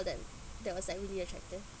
that that was like really attractive